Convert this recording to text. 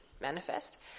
manifest